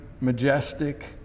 majestic